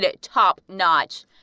top-notch